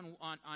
on